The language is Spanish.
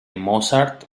mozart